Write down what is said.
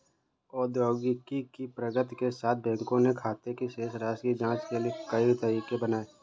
प्रौद्योगिकी की प्रगति के साथ, बैंकों ने खाते की शेष राशि की जांच के लिए कई तरीके बनाए है